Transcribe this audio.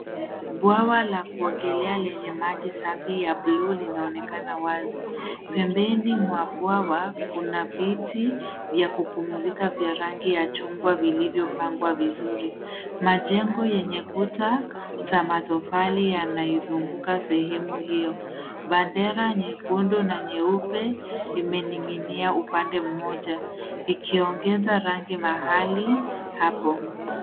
Bwawa la kuongelea lenye maji ya safi ya blue, linaonekana wazi. Pembeni mwa bwawa, kuna viti vya kupumzika vya rangi ya chungwa vilivyopangwa vizuri. Majengo yenye kuta za matofali yanaizunguka sehemu hiyo. Bendera nyekundu na nyeupe imening'inia upande mmoja, ikiongeza rangi mahali hapo.